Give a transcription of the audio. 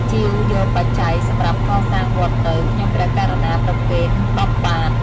ជាវយកបច្ច័យសម្រាប់កសាងវត្តទៅ ខ្ញុំព្រះករុណាប្រគេន ១០ បាទ"។